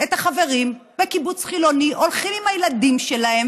את החברים בקיבוץ חילוני הולכים עם הילדים שלהם,